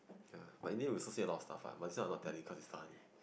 ya but in the end we also said a lot of stuff what but this one I not telling cause its funny